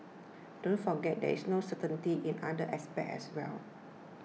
don't forget there's no certainty in other aspects as well